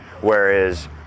whereas